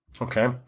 Okay